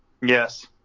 Yes